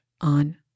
on